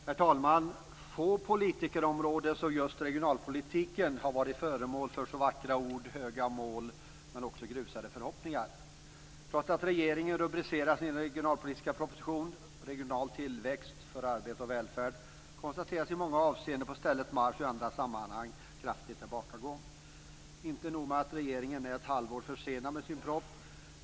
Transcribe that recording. Herr talman! Få politikområden har varit föremål för så vackra ord och höga mål men också grusade förhoppningar som just regionalpolitiken. Trots att regeringen rubricerar sin regionalpolitiska proposition Regional tillväxt - för arbete och välfärd, konstateras att det i många avseenden är fråga om på stället marsch och i andra sammanhang en kraftig tillbakagång. Regeringen är ett halvår försenad med sin proposition.